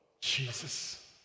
Jesus